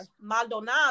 Maldonado